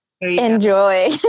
enjoy